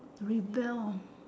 rebel